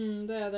mm 对啊对啊